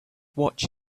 watch